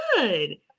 good